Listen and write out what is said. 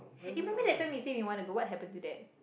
you remember that time we said we want to go what happen to that